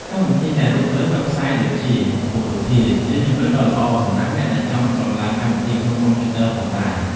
កម្មវិធីកែរូបភាពលើវេបសាយដូចជា ផូថូភៀ ក៏ជាជម្រើសដ៏ល្អសម្រាប់អ្នកដែលមិនចង់ដំឡើងកម្មវិធីក្នុងកុំព្យូទ័រផងដែរ។